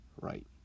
right